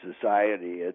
society